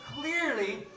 clearly